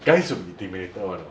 guys will be intimidated [one] ah